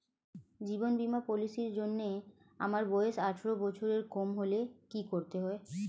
জীবন বীমা পলিসি র জন্যে আমার বয়স আঠারো বছরের কম হলে কি করতে হয়?